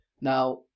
Now